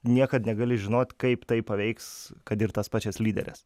niekad negali žinot kaip tai paveiks kad ir tas pačias lyderes